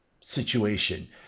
situation